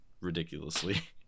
ridiculously